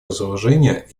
разоружения